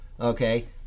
Okay